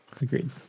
agreed